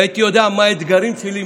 והייתי יודע מה האתגרים שלי,